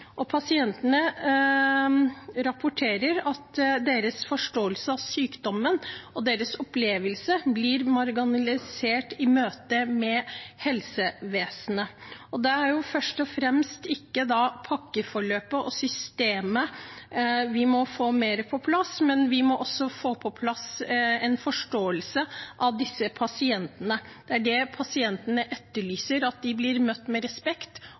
Pasientene rapporterer at deres forståelse av sykdommen og deres opplevelse blir marginalisert i møte med helsevesenet. Det er først og fremst ikke pakkeforløpet og systemet vi må få mer på plass, men vi må også få på plass en forståelse av disse pasientene. Det er det pasientene etterlyser – at de blir møtt med respekt,